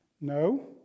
No